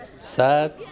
sad